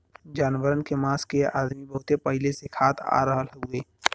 जानवरन के मांस के अदमी बहुत पहिले से खात आ रहल हउवे